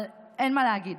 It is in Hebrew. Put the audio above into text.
אבל אין מה להגיד.